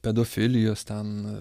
pedofilijos ten